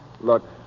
Look